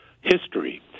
history